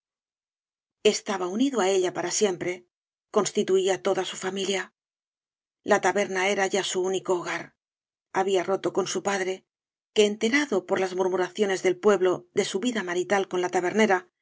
estaba unido á ella para siempre constituía toda su familia la taberna era ya su údíco hogar había roto con su padre que enterado por las murmuraciones del pueblo de su vida marital con la tabernera